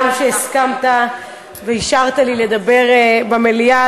גם על שהסכמת ואישרת לי לדבר במליאה,